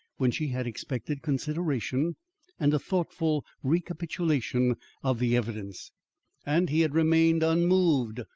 when she had expected consideration and a thoughtful recapitulation of the evidence and he had remained unmoved,